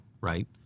Right